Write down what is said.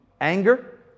anger